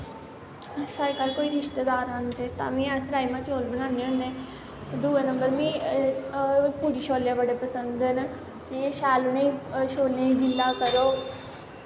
साढ़े घर कोई रिश्तेदार आंदे तां बी अस राजमा चावल बनाने होन्ने दुऐ नंबर मिगी पूड़ी छोल्ले बड़े पसंद न इयां शैल उनें छोल्लेंई गिल्ला करो